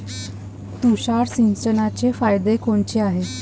तुषार सिंचनाचे फायदे कोनचे हाये?